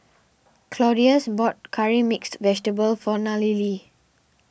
Claudius bought Curry Mixed Vegetable for Nallely